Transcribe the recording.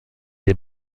des